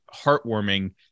heartwarming